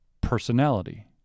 personality